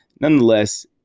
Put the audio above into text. nonetheless